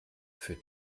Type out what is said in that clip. für